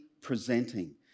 presenting